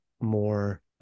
more